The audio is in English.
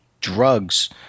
drugs